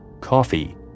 coffee